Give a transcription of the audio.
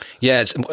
Yes